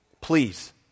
Please